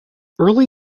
early